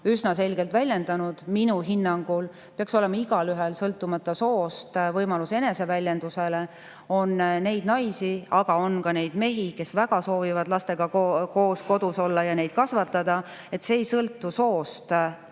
üsna selgelt väljendanud. Minu hinnangul peaks olema igaühel sõltumata soost võimalus eneseväljenduseks. On neid naisi, aga on ka neid mehi, kes väga soovivad lastega koos kodus olla ja neid kasvatada. See ei sõltu soost.